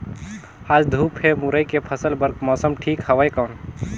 आज धूप हे मुरई के फसल बार मौसम ठीक हवय कौन?